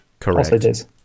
Correct